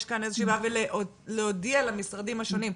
יש כאן איזושהי בעיה ולהודיע למשרדים השונים?